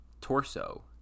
torso